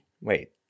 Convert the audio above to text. wait